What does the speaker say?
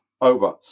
over